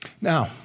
Now